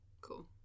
cool